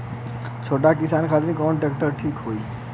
छोट किसान खातिर कवन ट्रेक्टर ठीक होई?